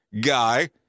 guy